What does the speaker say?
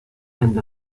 end